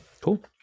Cool